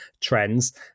trends